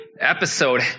episode